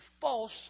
false